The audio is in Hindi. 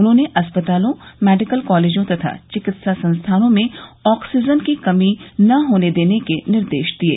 उन्होंने अस्पतालों मेडिकल कॉलेजों तथा चिकित्सा संस्थानों में आक्सीजन की कमी न होने देने के निर्देश दिये